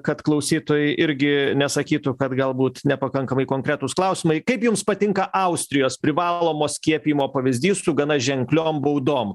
kad klausytojai irgi nesakytų kad galbūt nepakankamai konkretūs klausimai kaip jums patinka austrijos privalomo skiepijimo pavyzdys su gana ženkliom baudom